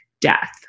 death